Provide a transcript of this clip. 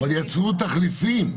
אבל ייצרו תחליפים.